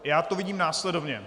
Já to vidím následovně.